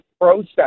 Process